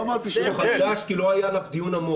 זה נושא חדש, כי לא היה עליו דיון עמוק.